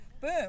boom